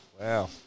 Wow